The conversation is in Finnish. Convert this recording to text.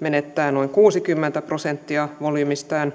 menettää noin kuusikymmentä prosenttia volyymistään